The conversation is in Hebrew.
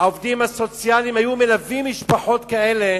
העובדים הסוציאליים היו מלווים משפחות כאלה